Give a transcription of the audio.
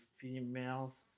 females